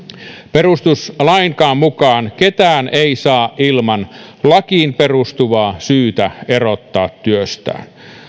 perustuslainkaan mukaan ketään ei saa ilman lakiin perustuvaa syytä erottaa työstään